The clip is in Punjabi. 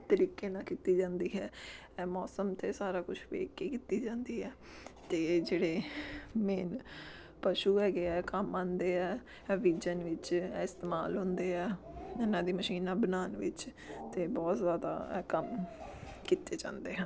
ਤਰੀਕੇ ਨਾਲ ਕੀਤੀ ਜਾਂਦੀ ਹੈ ਇਹ ਮੌਸਮ ਅਤੇ ਸਾਰਾ ਕੁਛ ਵੇਖ ਕੇ ਕੀਤੀ ਜਾਂਦੀ ਹੈ ਅਤੇ ਜਿਹੜੇ ਮੇਨ ਪਸ਼ੂ ਹੈਗੇ ਹੈ ਕੰਮ ਆਉਂਦੇ ਹੈ ਇਹ ਬੀਜਣ ਵਿੱਚ ਇਸਤੇਮਾਲ ਹੁੰਦੇ ਆ ਇਹਨਾਂ ਦੀ ਮਸ਼ੀਨਾਂ ਬਣਾਉਣ ਵਿੱਚ ਅਤੇ ਬਹੁਤ ਜ਼ਿਆਦਾ ਹੈ ਕੰਮ ਕੀਤੇ ਜਾਂਦੇ ਹਨ